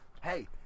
Hey